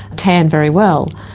tan very well,